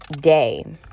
day